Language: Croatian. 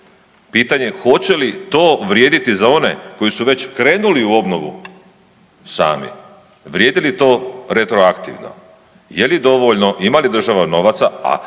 pitanje hoće li to vrijediti za one koji su već krenuli u obnovu sami, vrijedi li to retroaktivno, je li dovoljno, ima li država novaca, a